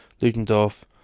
Ludendorff